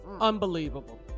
Unbelievable